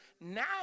now